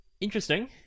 Interesting